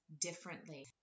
differently